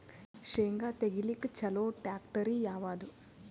ಶೇಂಗಾ ತೆಗಿಲಿಕ್ಕ ಚಲೋ ಟ್ಯಾಕ್ಟರಿ ಯಾವಾದು?